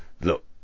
look